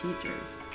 teachers